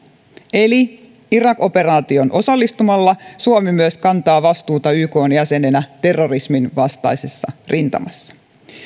eli irak operaatioon osallistumalla suomi myös kantaa vastuuta ykn jäsenenä terrorisminvastaisessa rintamassa